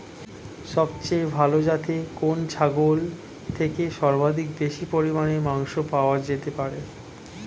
সবচেয়ে ভালো যাতে কোন ছাগল থেকে সর্বাধিক বেশি পরিমাণে মাংস পাওয়া যেতে পারে?